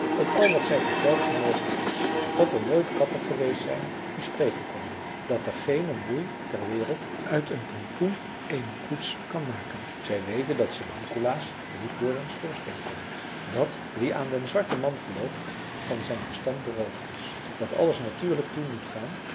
dat al wat zij vertelt onmogelijk is dat er nooit katten geweest zijn die spreken konden dat er geene moei ter wereld uit een pompoen eene koets kan maken zij weten dat st nicolaas niet door den schoorsteen komt dat wie aan den zwarten man gelooft van zijn verstand beroofd is dat alles natuurlijk toe moet gaan